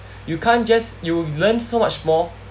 you can't just you learn so much more